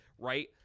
Right